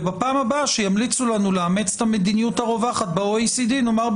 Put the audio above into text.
ובפעם הבאה שימליצו לנו לאמץ את המדיניות הרווחת ב-OECD נגיד,